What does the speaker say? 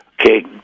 Okay